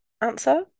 answer